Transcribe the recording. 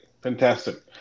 Fantastic